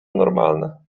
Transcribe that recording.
normalne